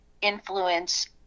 influence